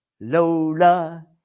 Lola